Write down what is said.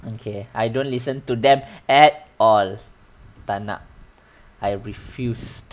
okay I don't listen to them at all tak nak I refused